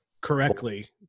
correctly